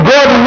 God